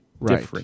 Right